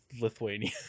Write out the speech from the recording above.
Lithuania